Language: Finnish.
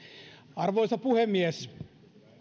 arvoisa puhemies